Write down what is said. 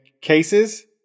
cases